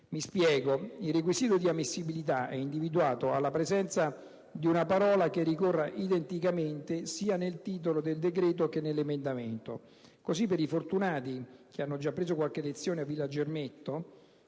Mi spiego: il requisito di ammissibilità è individuato nella presenza di una parola che ricorra identicamente sia nel titolo del decreto che nell'emendamento. Così per i fortunati che hanno già preso qualche lezione a Villa Gernetto,